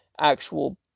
actual